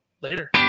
later